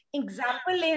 example